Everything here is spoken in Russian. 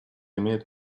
имеет